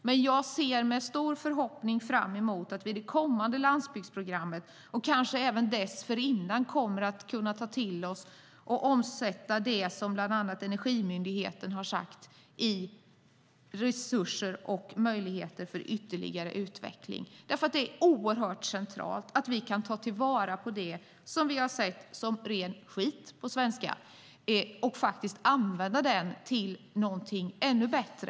Men jag ser med stor förhoppning fram emot att vi vid det kommande landsbygdsprogrammet och kanske även dessförinnan kommer att kunna ta till oss och omsätta det som bland annat Energimyndigheten har sagt i resurser och möjligheter för ytterligare utveckling. Det är oerhört centralt att vi kan ta till vara det som vi har sett som ren skit, på ren svenska, och använda den till någonting ännu bättre.